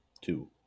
two